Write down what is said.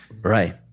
Right